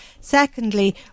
Secondly